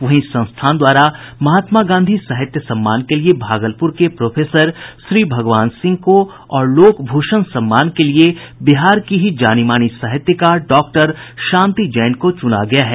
वहीं संस्थान द्वारा महात्मा गांधी साहित्य सम्मान के लिये भागलपुर के प्रोफेसर श्रीभगवान सिंह को और लोक भूषण सम्मान के लिये बिहार की ही जानी मानी साहित्यकार डॉक्टर शांति जैन को चुना गया है